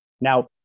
Now